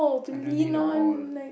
I don't need a wall